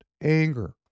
anger